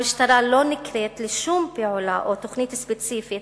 המשטרה לא נקראת לשום פעולה או תוכנית ספציפית